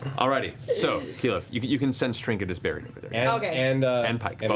all righty. so, keyleth, you can sense trinket is buried over there, and and and pike. and